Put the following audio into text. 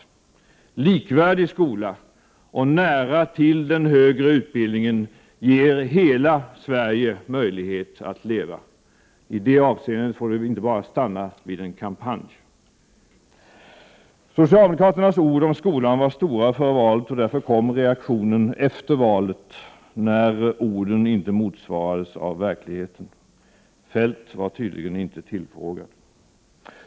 Likvärdig skola och nära till den högre utbildningen ger hela Sverige möjlighet att leva. I det avseendet får det inte bara stanna vid en kampanj. Socialdemokraternas ord om skolan var stora före valet. Därför kom reaktionen efter valet när orden inte motsvarades av verkligheten. Feldt var tydligen inte tillfrågad.